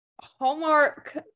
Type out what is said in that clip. Hallmark